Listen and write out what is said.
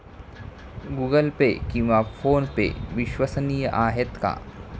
Google Pay किंवा PhonePe विश्वसनीय आहेत का?